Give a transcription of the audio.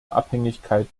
abhängigkeit